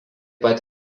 pat